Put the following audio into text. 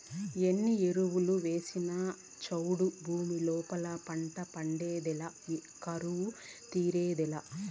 ఎన్ని ఎరువులు వేసినా చౌడు భూమి లోపల పంట పండేదులే కరువు తీరేదులే